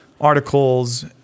articles